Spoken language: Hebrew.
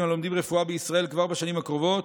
הלומדים רפואה בישראל כבר בשנים הקרובות,